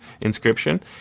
inscription